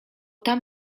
tam